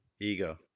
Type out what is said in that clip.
Ego